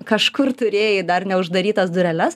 kažkur turėjai dar neuždarytas dureles